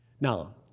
Now